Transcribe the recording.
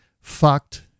fucked